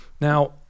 Now